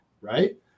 right